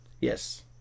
Yes